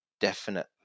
definite